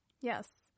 Yes